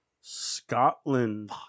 Scotland